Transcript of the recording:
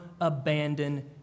abandon